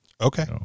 Okay